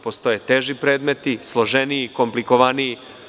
Postoje teži predmeti, složeniji, komplikovaniji.